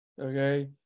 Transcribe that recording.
okay